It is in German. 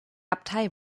abtei